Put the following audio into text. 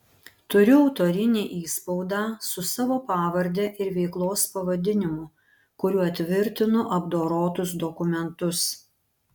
turiu autorinį įspaudą su savo pavarde ir veiklos pavadinimu kuriuo tvirtinu apdorotus dokumentus